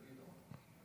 חוק ומשפט.